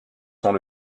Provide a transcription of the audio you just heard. sont